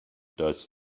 dass